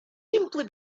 simply